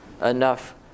enough